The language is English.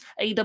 AW